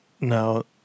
No